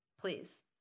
please